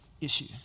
issue